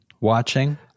watching